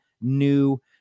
new